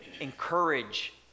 encourage